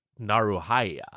Naruhaya